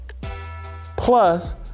Plus